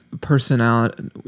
personality